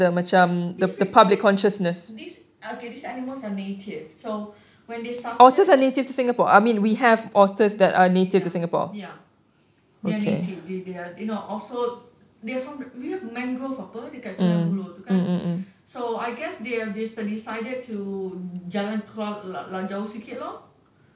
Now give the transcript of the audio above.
these people these okay these animals are native so when they started ya ya they are native they are you know also they're from we have mangrove apa dekat sungei buloh tu kan so I guess they decided to jalan keluar jauh sikit lor